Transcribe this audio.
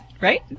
right